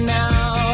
now